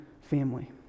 family